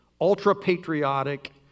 ultra-patriotic